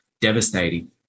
devastating